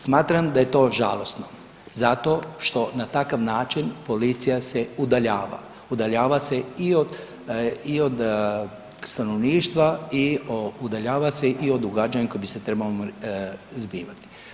Smatram da je to žalosno zato što na takav način policija se udaljava, udaljava se i od stanovništva i udaljava se i od događanja koja bi se trebala zbivati.